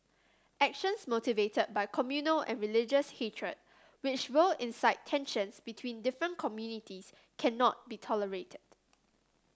actions motivated by communal and religious hatred which will incite tensions between different communities cannot be tolerated